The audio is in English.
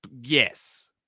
Yes